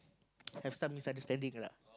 have some misunderstanding lah